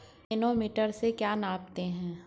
Manometer से क्या नापते हैं?